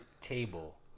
table